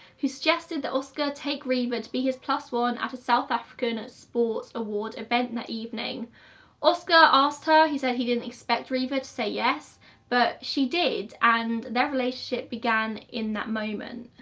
who suggested that oscar take reeva to be his plus-one at a south african ah sports award event and that evening oscar asked her. he said he didn't expect reeva to say yes but she did and their relationship began in that moment.